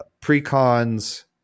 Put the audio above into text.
pre-cons